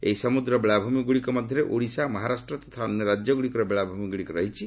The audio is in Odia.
ଏହି ସମୁଦ୍ର ବେଳାଭୂମିଗୁଡ଼ିକ ମଧ୍ୟରେ ଓଡ଼ିଶା ମହାରାଷ୍ଟ୍ର ତଥା ଅନ୍ୟ ରାଜ୍ୟଗୁଡ଼ିକର ବେଳାଭୂମିଗୁଡ଼ିକ ରହିଛି